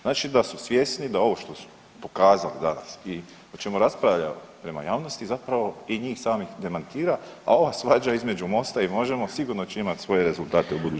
Znači da su svjesni da ovo što su pokazali danas i o čemu raspravlja prema javnosti zapravo i njih samih demantira, a ova svađa između MOST-a i Možemo sigurno će imati svoje rezultate u budućnosti.